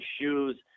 shoes